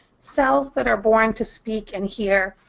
cells that are born to speak and hear,